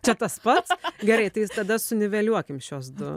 čia tas pats gerai tai tada suniveliuokim šiuos du